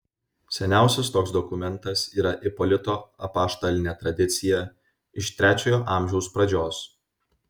seniausias toks dokumentas yra ipolito apaštalinė tradicija iš trečiojo amžiaus pradžios